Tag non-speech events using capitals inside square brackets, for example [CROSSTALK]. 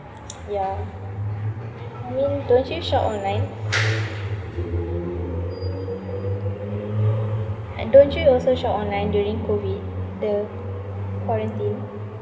[NOISE] ya I mean don't you shop online uh don't you also shop online during COVID the quarantine